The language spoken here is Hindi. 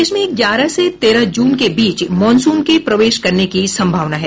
प्रदेश में ग्यारह से तेरह जून के बीच मॉनसून के प्रवेश करने की संभावना है